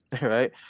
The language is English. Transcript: right